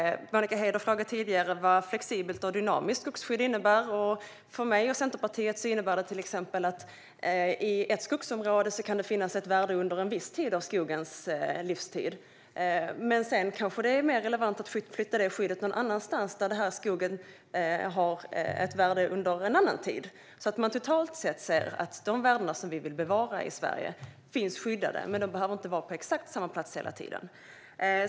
Monica Haider frågade tidigare vad flexibelt och dynamiskt skogsskydd innebär. För mig och Centerpartiet innebär detta till exempel att det i ett skogsområde kan finnas ett värde under en viss tid av skogens livstid men att det sedan kanske är mer relevant att flytta skyddet någon annanstans, där skogen har ett värde under en annan tid. Det innebär att man kan se att de värden som vi vill bevara i Sverige finns skyddade, men de behöver inte vara på exakt samma plats hela tiden.